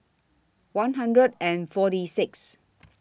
one hundred and forty six